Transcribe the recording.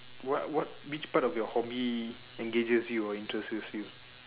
what what which part of your hobby engages you or interests you